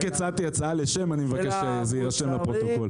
רק הצעתי הצעה לשם, אני מבקש שזה יירשם בפרוטוקול.